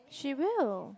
she will